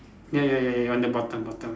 ya ya ya ya on the bottom bottom